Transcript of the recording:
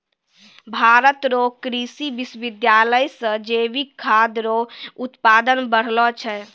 भारत रो कृषि विश्वबिद्यालय से जैविक खाद रो उत्पादन बढ़लो छै